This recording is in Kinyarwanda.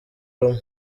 rumwe